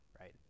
right